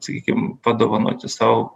sakykim padovanoti sau